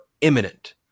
imminent